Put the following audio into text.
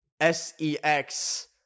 S-E-X